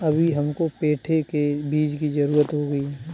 अभी हमको पेठे के बीज की जरूरत होगी